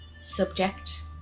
Subject